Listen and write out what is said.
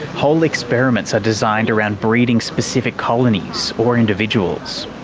whole experiments are designed around breeding specific colonies or individuals.